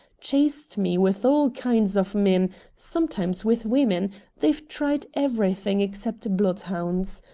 chased me with all kinds of men sometimes with women they've tried everything except blood-hounds.